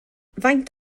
faint